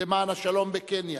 למען השלום בקניה,